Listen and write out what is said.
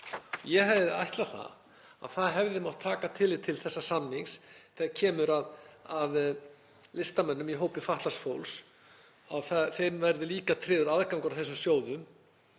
Ég hefði ætlað að taka hefði mátt tillit til þessa samnings þegar kemur að listamönnum í hópi fatlaðs fólks, að þeim verði líka tryggður aðgangur að þessum sjóðum